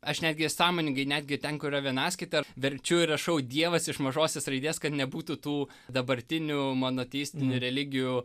aš netgi sąmoningai netgi ten kur yra vienaskaita verčiu ir rašau dievas iš mažosios raidės kad nebūtų tų dabartinių monoteistinių religijų